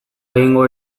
egingo